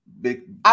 big